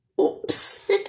Oops